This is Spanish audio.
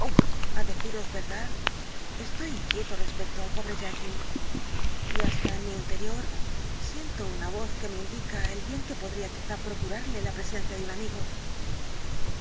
a deciros verdad estoy inquieto respecto del pobre jekyll y hasta en mi interior siento una voz que me indica el bien que podría quizá procurarle la presencia de un amigo